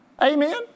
Amen